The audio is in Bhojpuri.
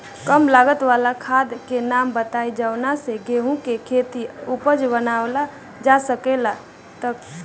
कम लागत वाला खाद के नाम बताई जवना से गेहूं के खेती उपजाऊ बनावल जा सके ती उपजा?